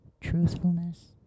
truthfulness